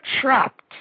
trapped